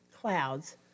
clouds